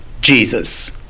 Jesus